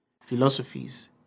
philosophies